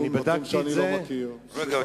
בדקתי את זה היום.